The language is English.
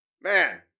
man